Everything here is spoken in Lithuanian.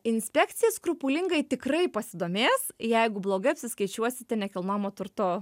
inspekcija skrupulingai tikrai pasidomės jeigu blogai apsiskaičiuosite nekilnojamo turto